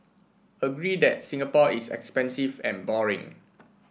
agree that Singapore is expensive and boring